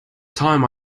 time